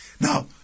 Now